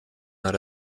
naar